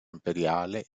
imperiale